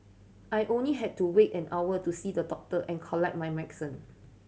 I only had to wait an hour to see the doctor and collect my medicine